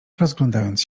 rozglądając